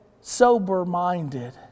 sober-minded